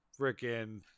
freaking